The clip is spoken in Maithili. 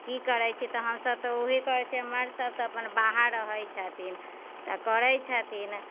की करै छियै तऽ हमसभ तऽ ओहे करै छियै मर्द सभ तऽ अपन बाहर रहै छथिन तऽ करै छथिन